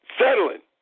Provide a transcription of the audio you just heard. settling